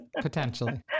potentially